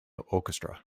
orchestra